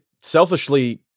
Selfishly